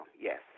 yes